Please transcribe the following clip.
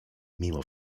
mimo